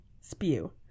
SPEW